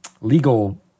legal